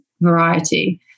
variety